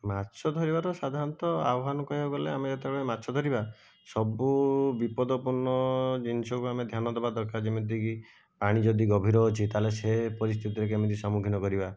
ମାଛ ଧରିବାର ସାଧାରଣତଃ ଆହ୍ୱାନ କହିବାକୁ ଗଲେ ଆମେ ଯେତେବେଳେ ମାଛ ଧରିବା ସବୁ ବିପଦପୂର୍ଣ୍ଣ ଜିନିଷକୁ ଆମ ଧ୍ୟାନ ଦେବା ଦରକାର ଯେମିତି କି ପାଣି ଯଦି ଗଭୀର ଅଛି ତା ହେଲେ ସେ ପରିସ୍ଥିତିରେ କେମିତି ସମ୍ମୁଖୀନ କରିବା